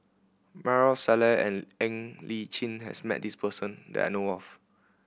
Maarof Salleh and Ng Li Chin has met this person that I know of